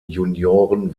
junioren